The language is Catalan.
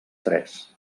tres